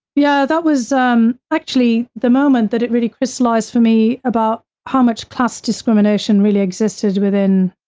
yeah, that was um actually the moment that it really crystallized for me about how much class discrimination really existed within,